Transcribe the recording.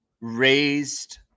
raised